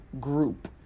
group